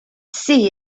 see